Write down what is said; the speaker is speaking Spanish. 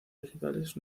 digitales